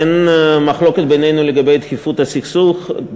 אין מחלוקת בינינו לגבי דחיפות הפתרון